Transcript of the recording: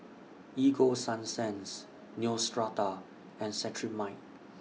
Ego Sunsense Neostrata and Cetrimide